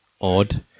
odd